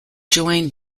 join